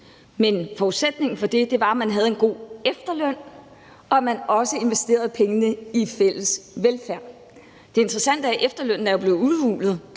men forudsætningen for det var, at man havde en god efterløn, og at man også investerede pengene i fælles velfærd. Det interessante er, at efterlønnen jo er blevet udhulet.